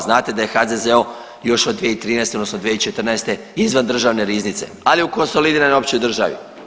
Znate da je HZZO još od 2013. odnosno 2014. izvan Državne riznice ali je u konsolidiranoj općoj državi.